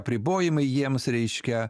apribojimai jiems reiškia